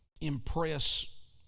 impress